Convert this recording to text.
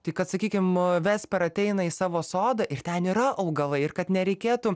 tai kad sakykim vesper ateina į savo sodą ir ten yra augalai ir kad nereikėtų